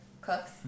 cooks